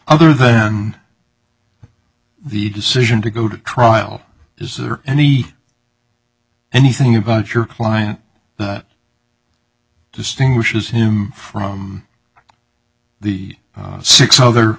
other than the decision to go to trial is there any anything about your client but distinguishes him from the six other